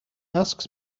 asks